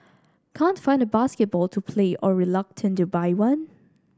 can't find a basketball to play or reluctant to buy one